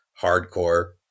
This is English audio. hardcore